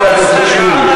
חבר הכנסת שמולי.